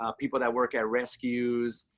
ah people that work at rescues.